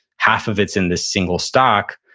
half of it's in this single stock.